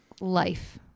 life